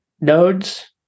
nodes